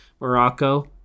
Morocco